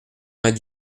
vingt